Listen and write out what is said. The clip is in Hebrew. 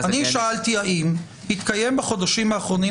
אני שאלתי האם התקיים בחודשים האחרונים